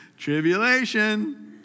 tribulation